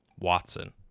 Watson